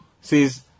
Says